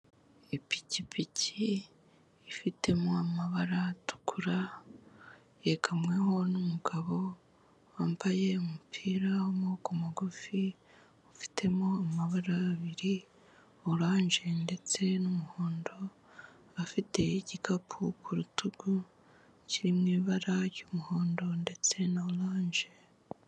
Ipikipiki ifitemo amabara atukura yegamweho n'umugabo wambaye umupira w'amaboko magufi ufitemo amabara abiri oranje ndetse n'umuhondo, afite igikapu ku rutugu kiri mu ibara ry'umuhondo ndetse na oranje.